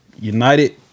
United